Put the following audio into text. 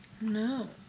No